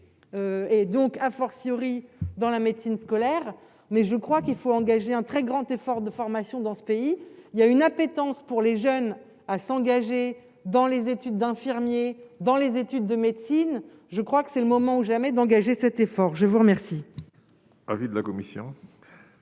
et donc a fortiori dans la médecine scolaire, mais je crois qu'il faut engager un très grand effort de formation dans ce pays il y a une appétence pour les jeunes à s'engager dans les études d'infirmier dans les études de médecine, je crois que c'est le moment ou jamais d'engager cette. Faure, je vous remercie,